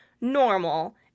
normal